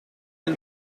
del